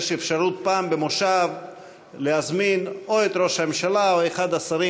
ויש אפשרות פעם במושב להזמין או את ראש הממשלה או את אחד השרים,